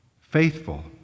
faithful